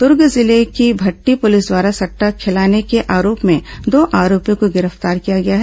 दर्ग जिले की भटठी पुलिस द्वारा सटटा खेलाने के आरोप में दो आरोपियों को गिरफ्तार किया गया है